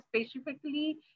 specifically